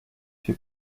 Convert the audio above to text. cię